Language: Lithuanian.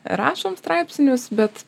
rašom straipsnius bet